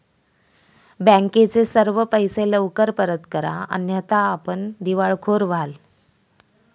बँकेचे सर्व पैसे लवकर परत करा अन्यथा आपण दिवाळखोर व्हाल